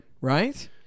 Right